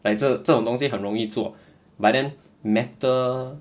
like 这这种东西很容易做 but then metal